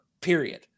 period